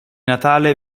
natale